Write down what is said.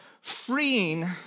freeing